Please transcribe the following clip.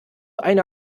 eine